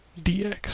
DX